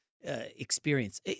experience